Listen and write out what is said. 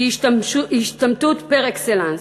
היא השתמטות פר-אקסלנס.